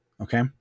Okay